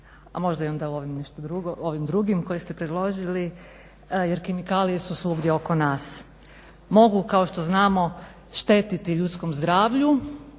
a možda onda i o ovim drugim koje ste predložili jer kemikalije su svugdje oko nas. Mogu kao što znamo štetiti ljudskom zdravlju,